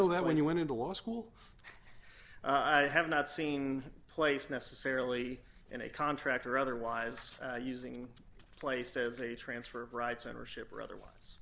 know that when you went into law school i have not seen a place necessarily in a contract or otherwise using placed as a transfer of rights and or ship or otherwise